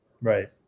right